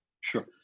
sure